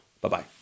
Bye-bye